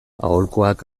aholkuak